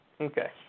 Okay